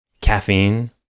Caffeine